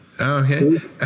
Okay